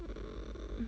um